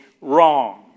wrong